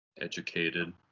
educated